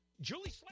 Julie